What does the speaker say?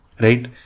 Right